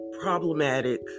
problematic